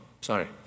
sorry